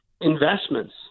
investments